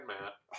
Matt